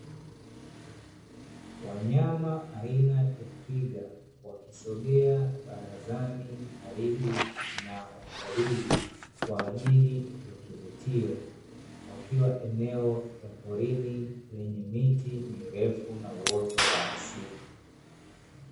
Wanyama aina ya twiga wakisogea barazani karibu na watalii kwa ajili ya kivutio, wakiwa eneo la porini lenye miti mirefu na uoto wa asili.